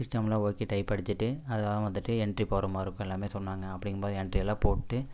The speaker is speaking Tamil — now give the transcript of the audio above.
சிஸ்டம்லாம் ஓகே டைப் அடிச்சுட்டு அதலாம் வந்துவிட்டு எண்ட்ரி போடுற மாதிரி இருக்கும் எல்லாமே சொன்னாங்க அப்படிங்கும்போது எண்ட்ரியெல்லாம் போட்டு